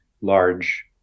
large